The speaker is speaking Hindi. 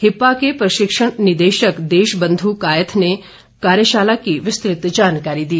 हिप्पा के प्रशिक्षण निदेशक देशबंध् कायथ ने कार्यशाला की विस्तृत जानकारी दी